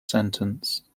sentence